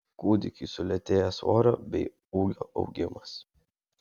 kūdikiui sulėtėja svorio bei ūgio augimas